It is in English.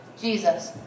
Jesus